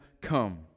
come